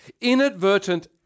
inadvertent